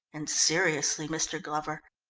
and seriously, mr. glover,